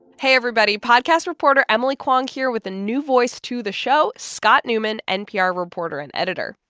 hey everybody. podcast reporter emily kwong here with a new voice to the show, scott neuman npr reporter and editor.